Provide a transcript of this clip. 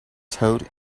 toad